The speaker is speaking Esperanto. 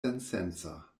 sensenca